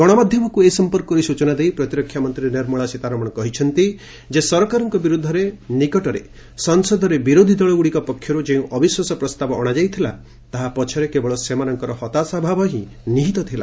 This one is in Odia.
ଗଣମାଧ୍ୟମକୁ ଏ ସମ୍ପର୍କରେ ସ୍ୱଚନା ଦେଇ ପ୍ରତିରକ୍ଷା ମନ୍ତ୍ରୀ ନିର୍ମଳା ସୀତାରମଣ କହିଛନ୍ତି ଯେ ସରକାରଙ୍କ ବିରୋଧରେ ନିକଟରେ ସଂସଦରେ ବିରୋଧୀ ଦଳଗୁଡ଼ିକ ପକ୍ଷରୁ ଯେଉଁ ଅବିଶ୍ୱାସ ପ୍ରସ୍ତାବ ଅଣାଯାଇଥିଲା ତାହା ପଛରେ କେବଳ ସେମାନଙ୍କର ହତାଶାଭାବ ନିହିତ ଥିଲା